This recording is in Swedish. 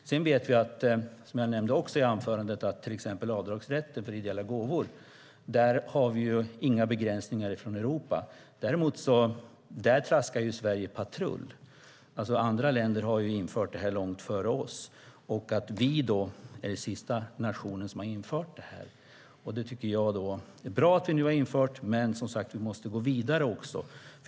Sedan vet vi, som jag också nämnde i anförandet, att till exempel när det gäller avdragsrätten för ideella gåvor har vi inga begränsningar från Europa. Där traskar Sverige patrull. Andra länder har infört detta långt före oss. Vi är den sista nationen som har infört detta. Det är bra att vi nu har infört det. Men vi måste också gå vidare.